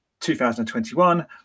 2021